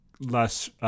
less